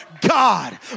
God